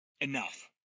Enough